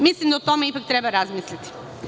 Mislim da o tome ipak treba razmisliti.